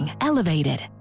Elevated